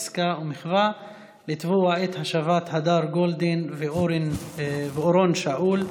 עסקה ומחווה לתבוע את השבת הדר גולדין ואורון שאול.